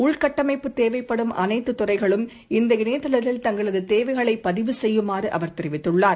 உள்கட்டமைப்பு தேவைப்படும் அனைத்துதுறைகளும் இந்த இணையதளத்தில் தங்களதுதேவைகளைபதிவு செய்யுமாறுஅவர் தெரிவிததுள்ளார்